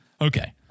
Okay